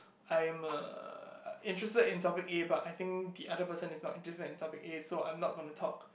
I am uh interested in topic A but I think the other person is not interested in topic A so I'm not gonna talk